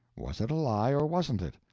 was it a lie, or wasn't it?